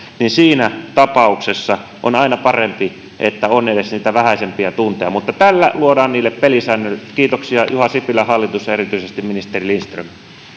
niin siinä tapauksessa on aina parempi että on edes niitä vähäisempiä tunteja tällä luodaan niille pelisäännöt kiitoksia juha sipilän hallitus ja erityisesti ministeri lindström